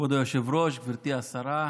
כבוד היושב-ראש, גברתי השרה,